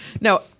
No